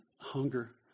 hunger